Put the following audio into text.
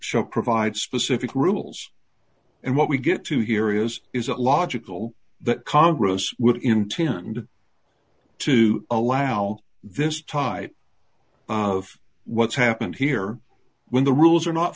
shock provide specific rules and what we get to hear is is a logical that congress would intend to allow this tide of what's happened here when the rules are not